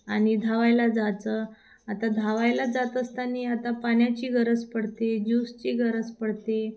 आणि धावायला जायचं आता धावायला जात असताना आता पाण्याची गरज पडते ज्यूसची गरज पडते